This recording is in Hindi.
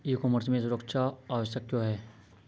ई कॉमर्स में सुरक्षा आवश्यक क्यों है?